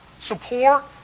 support